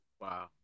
Wow